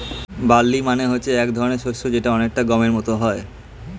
barley মানে হচ্ছে এক ধরনের শস্য যেটা অনেকটা গমের মত হয়